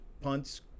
punts